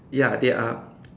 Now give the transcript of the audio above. ya they are